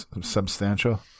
Substantial